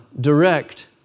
direct